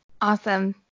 Awesome